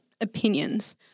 opinions